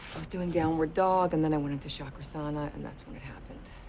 was doing downward dog, and then i went into chakrasana, and that's when it happened.